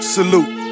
Salute